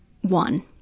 one